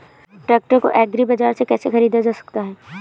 Tractor को agri बाजार से कैसे ख़रीदा जा सकता हैं?